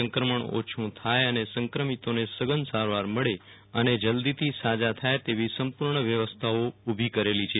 સંક્રમણ ઓછું થાય અને સંક્રમિતોને સઘન સારવાર મળે અને જલ્દીથી સાજા થાય તેવી સંપૂર્ણ વ્યવસ્થાઓ ઉભી કરેલી છે